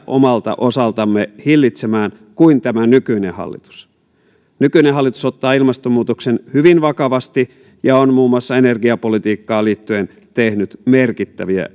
osaltamme hillitsemään kuin tämä nykyinen hallitus nykyinen hallitus ottaa ilmastonmuutoksen hyvin vakavasti ja on muun muassa energiapolitiikkaan liittyen tehnyt merkittäviä